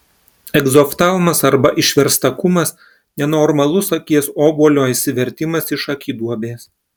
egzoftalmas arba išverstakumas nenormalus akies obuolio išsivertimas iš akiduobės